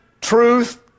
truth